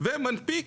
ומנפיק